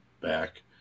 back